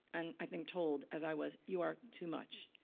and i think told, as i was, you are too much.